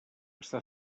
està